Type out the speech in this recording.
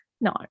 no